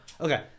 Okay